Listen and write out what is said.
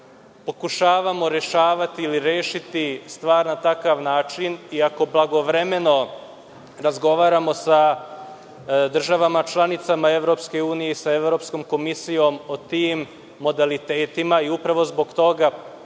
pokušavamo rešavati ili rešiti stvar na takav način, i ako blagovremeno razgovaramo sa državama članicama EU i sa Evropskom komisijom o tim modalitetima i upravo zbog toga